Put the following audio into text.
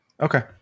Okay